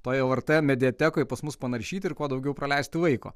toj lrt mediatekoj pas mus panaršyti ir kuo daugiau praleisti laiko